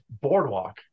boardwalk